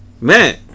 man